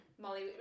Molly